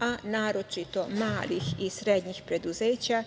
a naročito malih i srednjih preduzeća,